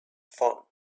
phone